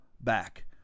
back